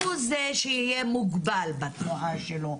שהוא זה שיהיה מוגבל בתנועה שלו,